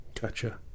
Gotcha